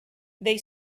they